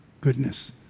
goodness